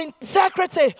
integrity